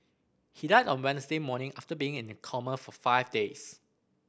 he died on Wednesday morning after being in a coma for five days